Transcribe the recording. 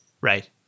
Right